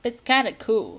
that's kind of cool